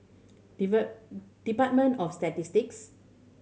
Department of Statistics